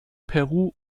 peru